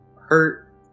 hurt